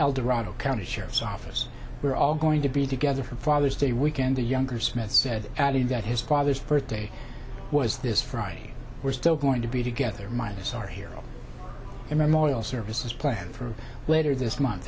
eldorado county sheriff's office we're all going to be together for father's day weekend the younger smith said adding that his father's birthday was this friday we're still going to be together minus our hero him oil services planned for later this month